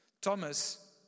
Thomas